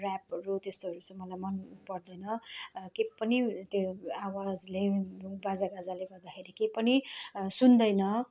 ऱ्यापहरू त्यस्तोहरू चाहिँ मलाई मनपर्दैन केही पनि त्यो आवाजले बाजागाजाले गर्दाखेरि केही पनि सुन्दैन